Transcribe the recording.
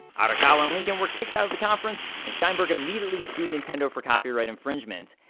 arakawa and lincoln were kicked out of the conference, and sheinberg immediately sued nintendo for copyright infringement.